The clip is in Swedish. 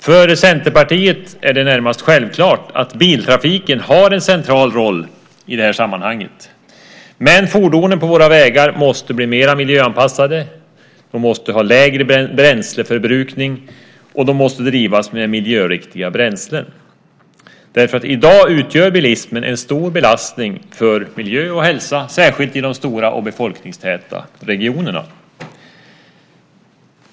För Centerpartiet är det närmast självklart att biltrafiken har en central roll i sammanhanget. Men fordonen på våra vägar måste bli mer miljöanpassade, ha lägre bränsleförbrukning och drivas med miljöriktiga bränslen. I dag utgör bilismen en stor belastning av miljö och hälsa särskilt i de stora och befolkningstäta regionerna.